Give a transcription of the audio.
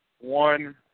One